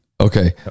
Okay